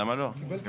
למה לא?